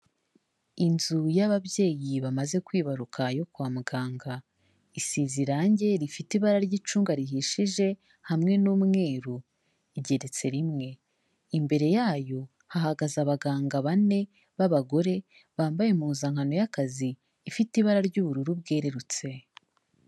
Inzu y'ababyeyi bamaze kwibaruka yo kwa muganga, isize irange rifite ibara ry'icunga rihishije hamwe n'umweru, igeretse rimwe, imbere yayo hahagaze abaganga bane b'abagore bambaye impuzankano y'akazi ifite ibara ry'ubururu bwererutse.